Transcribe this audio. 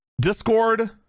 discord